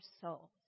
soul